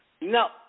No